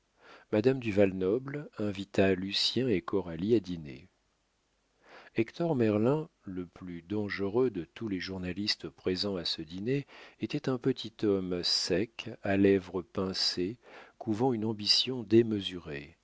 madame du val-noble invita lucien et coralie à dîner hector merlin le plus dangereux de tous les journalistes présents à ce dîner était un petit homme sec à lèvres pincées couvant une ambition démesurée